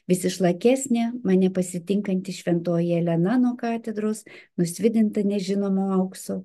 vis išlakesni mane pasitinkanti šventoji elena nuo katedros nusvidinta nežinomo aukso